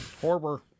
horror